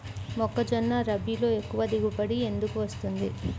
మొక్కజొన్న రబీలో ఎక్కువ దిగుబడి ఎందుకు వస్తుంది?